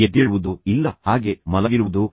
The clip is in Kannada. ಎದ್ದೇಳುವುದೋ ಇಲ್ಲ ಹಾಗೆ ಮಲಗಿರುವುದೋ